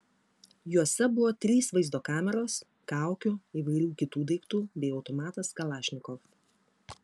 juose buvo trys vaizdo kameros kaukių įvairių kitų daiktų bei automatas kalašnikov